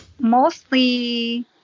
Mostly